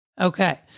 Okay